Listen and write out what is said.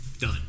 Done